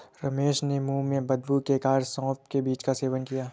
रमेश ने मुंह में बदबू के कारण सौफ के बीज का सेवन किया